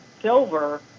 silver